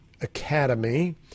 academy